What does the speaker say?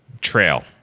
trail